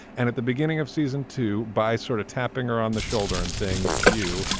and at the beginning of season two by sort of tapping her on the shoulder and saying it's you.